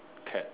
cat